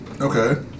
Okay